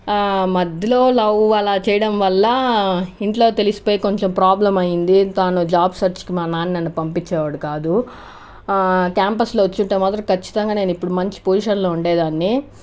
మధ్యలో లవ్ అలా చేయడం వల్ల ఇంట్లో తెలిసిపోయి కొంచెం ప్రాబ్లెమ్ అయ్యింది తను జాబ్ సెర్చ్కి మా నాన్న నన్ను పంపించేవాడు కాదు క్యాంపస్లో వచ్చి ఉంటే మాత్రం ఖచ్చితంగా నేను ఇప్పుడు మంచి పొజిషన్లో ఉండేదాన్ని